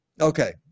Okay